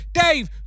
Dave